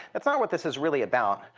that's not what this is really about.